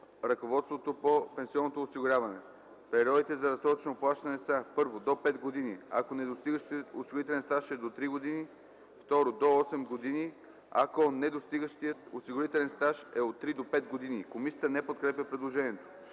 ръководството по пенсионното осигуряване. Периодите за разсрочено плащане са: 1. до 5 години - ако недостигащият осигурителен стаж е до 3 години; 2. до 8 години - ако недостигащият осигурителен стаж е от 3 до 5 години.” Комисията не подкрепя предложението.